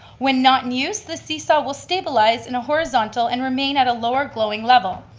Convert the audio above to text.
when not in use, the seesaw will stabilize in a horizontal and remain at a lower glowing level.